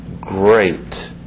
great